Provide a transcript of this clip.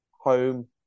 home